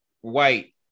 white